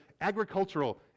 agricultural